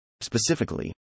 Specifically